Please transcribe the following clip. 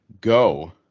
Go